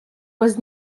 was